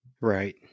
Right